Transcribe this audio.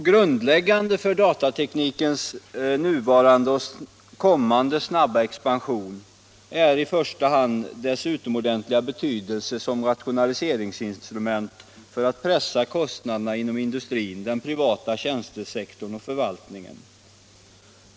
Grundläggande för datateknikens nuvarande och kommande snabba expansion är i första hand dess utomordentliga betydelse som rationaliseringsinstrument för att pressa kostnaderna inom industrin, den privata tjänstesektorn och förvaltningen.